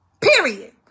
period